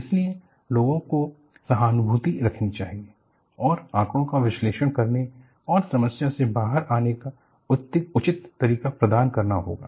इसलिए लोगों को सहानुभूति रखनी होगी और आंकड़ो का विश्लेषण करने और समस्या से बाहर आने का उचित तरीका प्रदान करना होगा